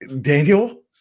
Daniel